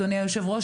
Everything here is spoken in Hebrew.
אדוני היושב-ראש,